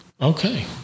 Okay